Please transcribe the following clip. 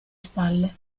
spalle